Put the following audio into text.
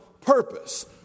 purpose